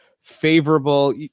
favorable